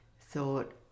thought